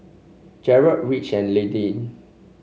Jered Rich and Lillie